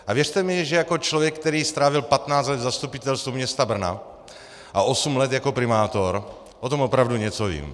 A věřte mi, že jako člověk, který strávil 15 let v Zastupitelstvu města Brna a osm let jako primátor, o tom opravdu něco vím.